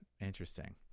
Interesting